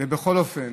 ובכל אופן